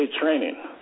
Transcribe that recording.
training